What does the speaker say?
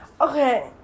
Okay